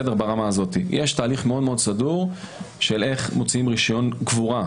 יש תהליך מאוד מאוד סדור איך מוציאים רישיון קבורה,